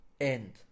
End